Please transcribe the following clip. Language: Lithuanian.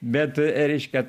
bet reiškia